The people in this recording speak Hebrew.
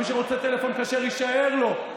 מי שרוצה טלפון כשר, יישאר לו.